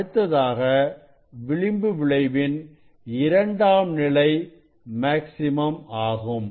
அடுத்ததாக விளிம்பு விளைவின் இரண்டாம் நிலை மேக்ஸிமம் ஆகும்